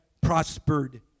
prospered